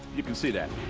you can see that.